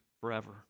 forever